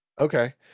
okay